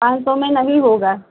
पाँच सौ में नहीं होगा